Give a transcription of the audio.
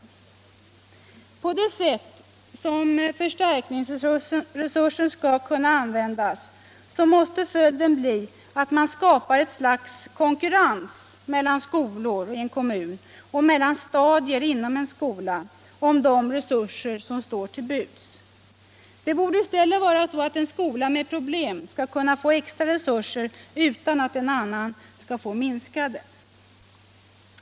48 Det sätt på vilket förstärkningsresursen skall kunna användas måste få till följd att man skapar ett slags konkurrens mellan skolor i en kommun = Nr 134 och mellan stadier inom en skola om de resurser som står till buds. Fredagen den Det borde i stället vara så att en skola med problem skall kunna få 21 maj 1976 extra resurser utan att en annan får minskade.